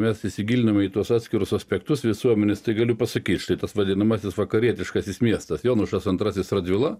mes įsigilinome į tuos atskirus aspektus visuomenės tai galiu pasakyti štai tas vadinamasis vakarietiškasis miestas jonušas antrasis radvila